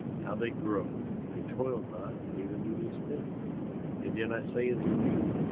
how they grow they toil not, neither do they spin and yet i say unto you,